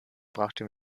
brachte